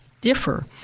differ